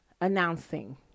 announcing